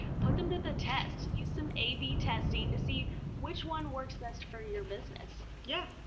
put them to the test. use some a b testing to see which one works best for your business. yeah,